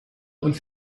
und